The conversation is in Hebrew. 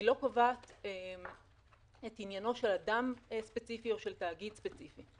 היא לא קובעת את עניינו של אדם ספציפי או של תאגיד ספציפי.